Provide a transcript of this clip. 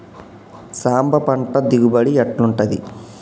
సాంబ పంట దిగుబడి ఎట్లుంటది?